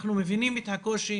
אנחנו מבינים את הקושי